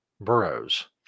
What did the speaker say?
boroughs